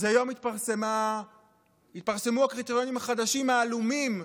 אז היום התפרסמו הקריטריונים החדשים, העלומים,